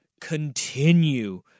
continue